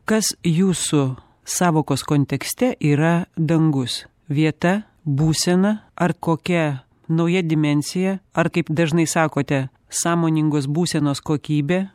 kas jūsų sąvokos kontekste yra dangus vieta būsena ar kokia nauja dimensija ar kaip dažnai sakote sąmoningos būsenos kokybė